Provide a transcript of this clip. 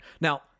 now